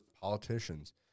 politicians